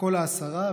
כל העשרה,